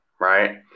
right